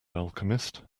alchemist